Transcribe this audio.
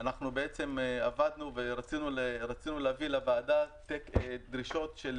עבדנו ורצינו להביא לוועדה דרישות של